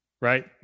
right